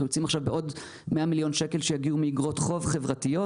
אנחנו יוצאים עכשיו בעוד 100 מיליון שקל שיגיעו מאיגרות חוב חברתיות.